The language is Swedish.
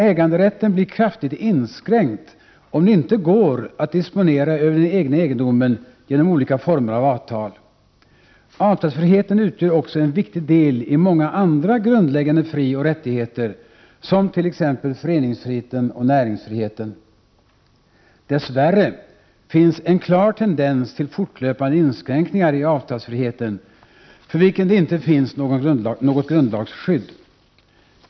Ägandedrätten blir kraftigt inskränkt om det inte går att disponera över den egna egendomen genom olika former av avtal. Avtalsfriheten utgör också en viktig del i många andra grundläggande frioch rättigheter, t.ex. föreningsfriheten och näringsfriheten. Dess värre finns en klar tendens till fortlöpande inskränkningar i avtalsfriheten, för vilken det inte finns något grundlagsskydd.